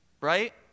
Right